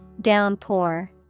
Downpour